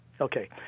Okay